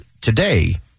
today